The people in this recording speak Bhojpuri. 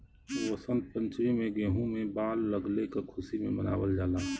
वसंत पंचमी में गेंहू में बाल लगले क खुशी में मनावल जाला